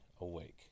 awake